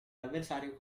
l’avversario